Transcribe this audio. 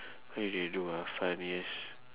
where they do ah funniest